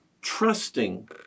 trusting